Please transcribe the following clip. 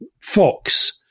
Fox